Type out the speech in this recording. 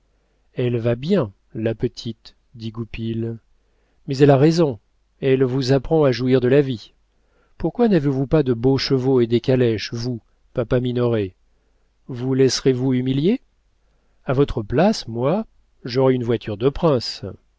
elle va bien la petite dit goupil mais elle a raison elle vous apprend à jouir de la vie pourquoi n'avez-vous pas de beaux chevaux et des calèches vous papa minoret vous laisserez-vous humilier a votre place moi j'aurais une voiture de prince